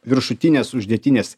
viršutinės uždėtinės